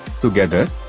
Together